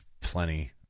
plenty